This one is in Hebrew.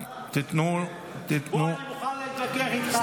בוא, אני מוכן להתווכח איתך.